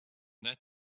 that